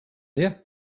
you